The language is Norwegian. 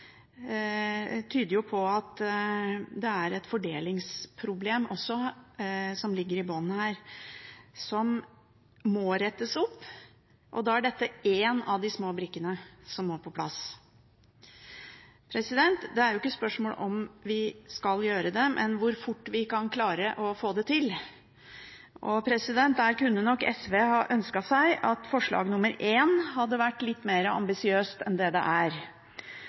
tyder på at det også er et fordelingsproblem som ligger i bunnen her, som det må rettes opp i. Da er dette en av de små brikkene som må på plass. Det er ikke et spørsmål om vi skal gjøre det, men om hvor fort vi kan klare å få det til. SV kunne nok ønsket at forslag nr. 1 hadde vært litt mer ambisiøst enn det det er.